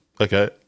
Okay